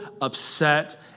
upset